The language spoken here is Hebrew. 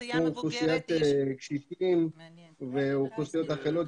אוכלוסיית קשישים ואוכלוסיות אחרות